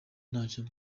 ntacyo